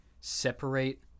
separate